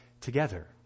together